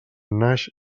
naix